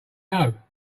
know